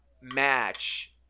match